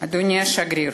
אדוני השגריר,